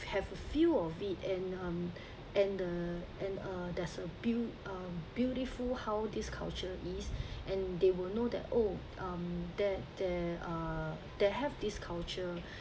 have a feel of it and um and the and uh there's a beau~ um beautiful how this culture is and they will know that oh um that there uh there have this culture